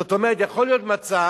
זאת אומרת, יכול להיות מצב